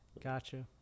gotcha